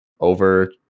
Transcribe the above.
over